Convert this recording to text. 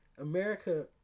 America